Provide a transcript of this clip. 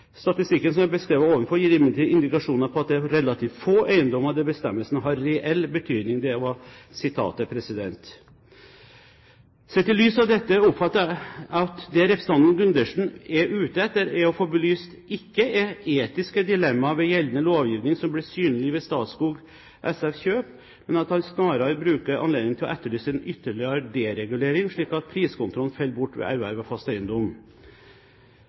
Statistikken som er beskrevet ovenfor gir imidlertid indikasjoner på at det er relativt få eiendommer der bestemmelsen har en reell betydning.» Sett i lys av dette oppfatter jeg at det representanten Gundersen er ute etter å få belyst, ikke er etiske dilemmaer ved gjeldende lovgivning som blir synlige ved Statskog SFs kjøp, men at han snarere bruker anledningen til å etterlyse en ytterligere deregulering, slik at priskontrollen faller bort ved erverv av fast eiendom.